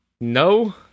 No